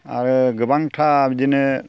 आरो गोबां बिदिनो